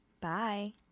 Bye